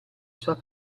sua